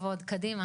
לקהילה.